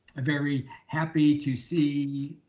very happy to see